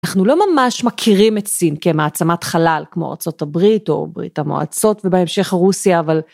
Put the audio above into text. אנחנו לא ממש מכירים את סין כמעצמת חלל, כמו ארה״ב או ברית המועצות ובהמשך רוסיה, אבל...